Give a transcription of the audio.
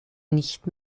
nicht